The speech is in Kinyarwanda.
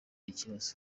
ikibazo